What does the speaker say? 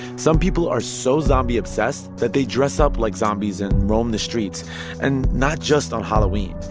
some people are so zombie-obsessed that they dress up like zombies and roam the streets and not just on halloween.